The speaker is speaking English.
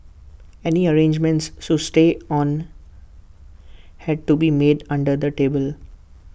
any arrangements to stay on had to be made under the table